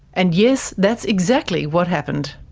and yes, that's exactly what happened.